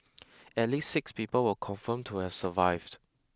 at least six people were confirmed to have survived